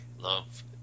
love